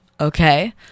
Okay